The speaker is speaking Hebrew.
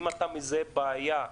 האם אתה מזהה בעיה?